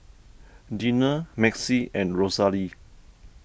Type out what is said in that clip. Dina Maxie and Rosalie